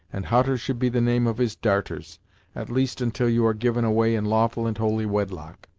and hutter should be the name of his darters at least until you are given away in lawful and holy wedlock.